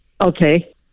Okay